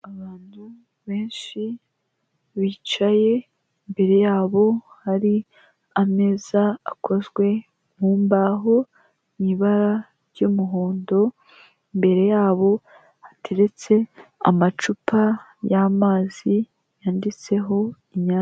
Abantu benshi bicaye, imbere yabo hari ameza akozwe mu mbaho, mu ibara ry'umuhondo imbere yabo hateretse amacupa y'amazi yanditseho inyange.